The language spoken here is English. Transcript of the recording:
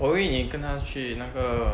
我以为你跟他去那个